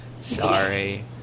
Sorry